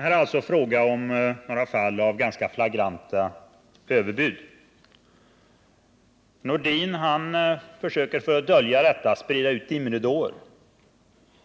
Herr talman! Här är det fråga om några ganska flagranta fall av överbud. Sven-Erik Nordin försöker för att dölja detta sprida ut dimridåer.